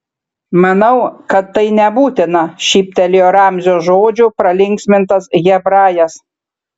manau kad tai nebūtina šyptelėjo ramzio žodžių pralinksmintas hebrajas